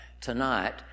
tonight